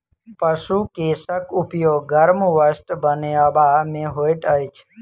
पशु केशक उपयोग गर्म वस्त्र बनयबा मे होइत अछि